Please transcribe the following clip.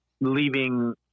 leaving